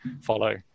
follow